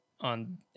on